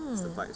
hmm